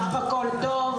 שלומי בסך הכול טוב.